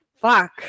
fuck